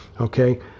okay